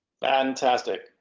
Fantastic